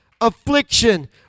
affliction